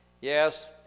Yes